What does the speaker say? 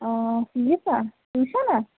آ فیٖسَہ ٹیوٗشَنَہ